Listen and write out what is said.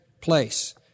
place